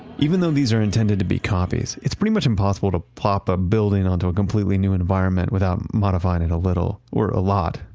even though these are intended to be copies, it's pretty much impossible to plop a building on to a completely new environment without modifying it a little, or a lot.